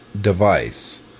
device